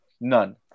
None